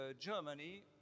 Germany